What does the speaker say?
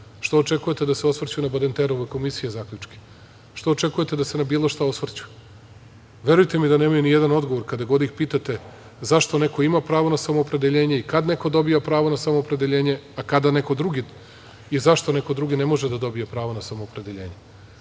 očekujete da se osvrću na Badenterove komisije zaključke? Šta očekuje da se na bilo šta osvrću. Verujte mi da nemaju ni jedan odgovor kada god ih pitate zašto neko ima pravo na samoopredeljenje i kad neko dobija pravo na samoopredeljenje, a kada neko drugi i zašto neko drugi ne može da dobije pravo na samoopredeljenje. Mi